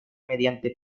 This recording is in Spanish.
mediante